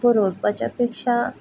बरोवपाच्या पेक्षा